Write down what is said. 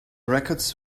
records